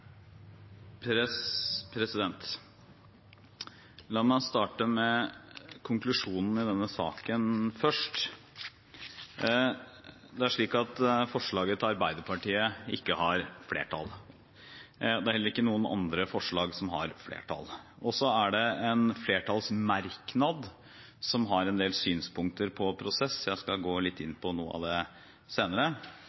La meg starte med konklusjonen i denne saken: Forslaget fra Arbeiderpartiet har ikke flertall. Det er heller ikke noen andre forslag som har flertall. En flertallsmerknad har en del synspunkter på prosess. Jeg skal gå litt inn